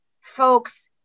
folks